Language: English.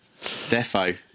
Defo